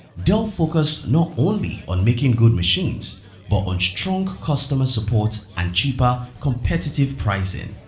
dell focused, not only on making good machines but on strong customer support and cheaper, competitive pricing.